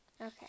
Okay